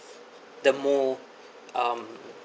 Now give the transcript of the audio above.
the more um